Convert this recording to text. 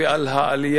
וטרם גובש ההסדר